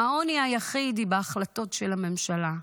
העוני היחיד הוא בהחלטות של הממשלה.